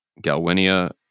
Galwinia